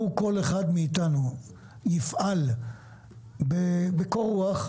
לו כל אחד מאיתנו יפעל בקור רוח,